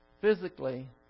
physically